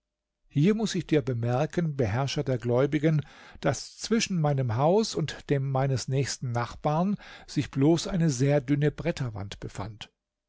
hier muß ich dir bemerken beherrscher der gläubigen daß zwischen meinem haus und dem meines nächsten nachbarn sich bloß eine sehr dünne bretterwand befand